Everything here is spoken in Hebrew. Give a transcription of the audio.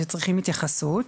שצריכים התייחסות,